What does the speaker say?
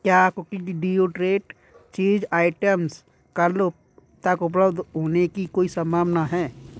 क्या चीज़ आइटम्स कल तक उपलब्ध होने की कोई सम्भावना है